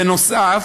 בנוסף,